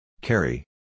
Carry